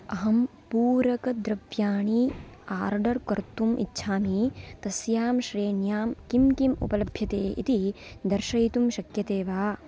अहं पूरकद्रव्याणि आर्डर् कर्तुम् इच्छामि तस्यां श्रेण्यां किं किम् उपलभ्यते इति दर्शयितुं शक्यते वा